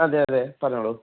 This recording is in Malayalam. അതെ അതെ പറഞ്ഞോളു